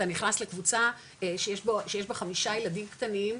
אתה נכנס לקבוצה שיש בה חמישה ילדים קטנים,